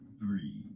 three